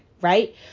right